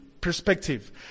perspective